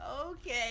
okay